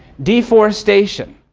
deforestation.